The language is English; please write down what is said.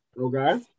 Okay